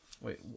wait